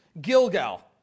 Gilgal